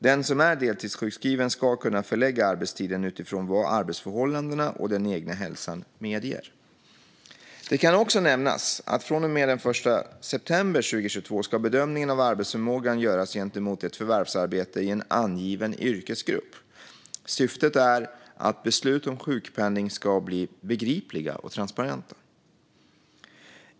Den som är deltidssjukskriven ska kunna förlägga arbetstiden utifrån vad arbetsförhållandena och den egna hälsan medger. Det kan också nämnas att från och med den 1 september 2022 ska bedömningen av arbetsförmågan göras gentemot ett förvärvsarbete i en angiven yrkesgrupp. Syftet är att beslut om sjukpenning ska bli begripliga och transparenta.